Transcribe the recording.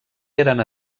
eren